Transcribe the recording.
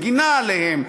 מגנה עליהם,